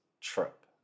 trip